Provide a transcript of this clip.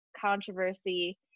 controversy